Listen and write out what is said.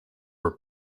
were